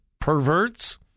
perverts